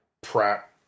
Pratt